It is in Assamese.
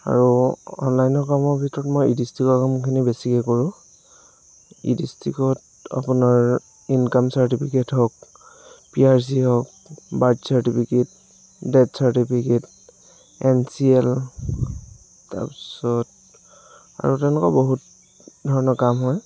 আৰু অনলাইনৰ কামৰ ভিতৰত মই ই ডিষ্ট্ৰিকৰ কামখিনি বেছিকৈ কৰোঁ ই ডিষ্ট্ৰিকত আপোনাৰ ইনকাম চাৰ্টিফিকেট হওক পি আৰ চি হওক birth certificate death certificate N C L তাৰপিছত আৰু তেনেকুৱা বহুত ধৰণৰ কাম হয়